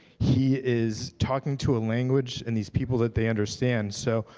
he is talking to a language in these people that they understand, so,